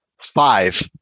Five